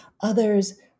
Others